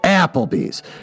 Applebee's